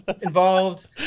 involved